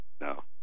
no